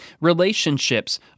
Relationships